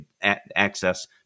access